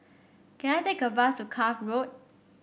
can I take a bus to Cuff Road